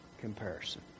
comparison